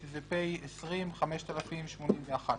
שזה פ/5081/20.